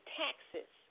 taxes